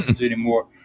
anymore